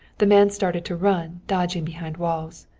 the man started to run, dodging behind walls.